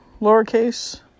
lowercase